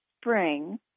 spring